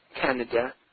Canada